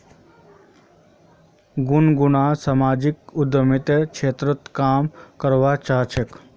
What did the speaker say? गुनगुन सामाजिक उद्यमितार क्षेत्रत काम करवा चाह छेक